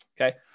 Okay